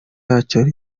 yacyo